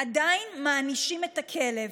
עדיין מענישים את הכלב.